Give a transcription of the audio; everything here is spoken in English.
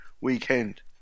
weekend